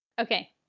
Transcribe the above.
Okay